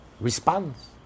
Responds